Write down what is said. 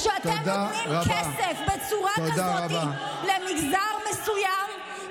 כשאתם נותנים כסף בצורה כזאת למגזר מסוים,